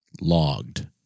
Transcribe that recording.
logged